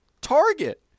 target